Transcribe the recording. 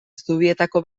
zubietako